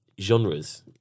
genres